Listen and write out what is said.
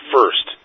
First